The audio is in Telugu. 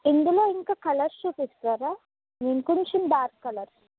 ఇందులో ఇంకా కలర్స్ చూపిస్తారా ఇంకొంచెం డార్క్ కలర్స్